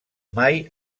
mai